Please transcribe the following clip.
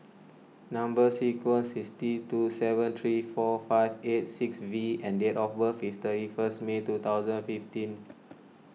Number Sequence is T two seven three four five eight six V and date of birth is thirty first May two thousand fifteen